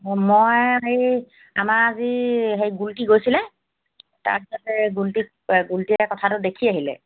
অ মই এই আমাৰ আজি সেই গুলটি গৈছিলে তাৰপিছতে গুলটী গুলটিয়ে কথাটো দেখি আহিলে